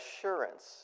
assurance